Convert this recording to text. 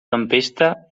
tempesta